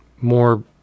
more